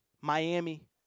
Miami